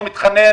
לא מתחנן,